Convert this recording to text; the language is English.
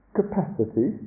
capacity